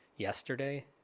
Yesterday